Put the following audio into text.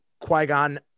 Qui-Gon